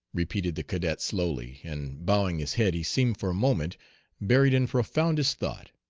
repeated the cadet slowly, and bowing his head he seemed for a moment buried in profoundest thought.